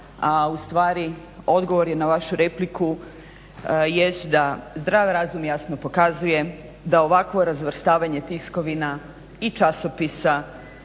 a u stvari odgovor je na vašu repliku jest da zdrav razum jasno pokazuje da ovakvo razvrstavanje tiskovina i časopisa